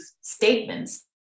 statements